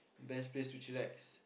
best place to chillax